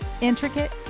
Intricate